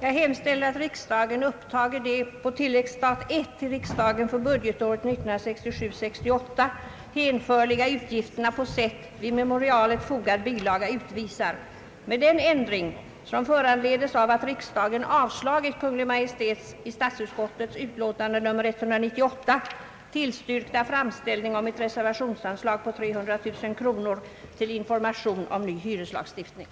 Jag hemställer att riksdagen upptager de på tilläggsstat I till riksstaten för budgetåret 1967/68 hänförliga utgifterna på sätt vid memorialet fogad bilaga utvisar med den ändring som föranledes av att riksdagen avslagit Kungl. Maj:ts i statsutskottets utlåtande nr 198 tillstyrkta framställning om ett reservationsanslag på 300 000 kronor till Information om ny hyreslagstiftning.